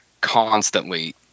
constantly